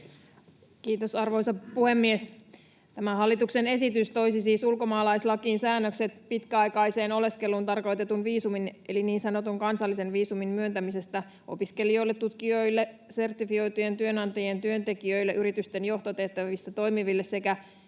Kiitos, arvoisa puhemies! Tämä hallituksen esitys toisi siis ulkomaalaislakiin säännökset pitkäaikaiseen oleskeluun tarkoitetun viisumin eli niin sanotun kansallisen viisumin myöntämisestä opiskelijoille, tutkijoille, sertifioitujen työnanta-jien työntekijöille, yritysten johtotehtävissä toimiville sekä